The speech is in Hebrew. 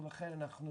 בבקשה.